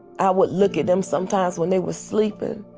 i would look at them sometimes when they were sleeping